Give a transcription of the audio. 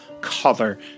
color